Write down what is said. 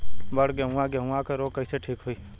बड गेहूँवा गेहूँवा क रोग कईसे ठीक होई?